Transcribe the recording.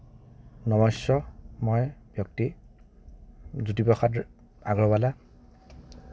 নমস্য়ময় ব্যক্তি জ্যোতিপ্ৰসাদ আগৰৱালা